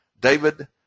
David